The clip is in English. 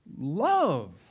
love